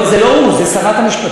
לא, זה לא הוא, זה שרת המשפטים.